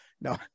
no